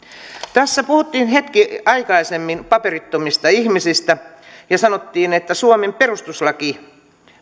tässä puhuttiin hetki aikaisemmin paperittomista ihmisistä ja sanottiin että suomen perustuslaki